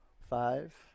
Five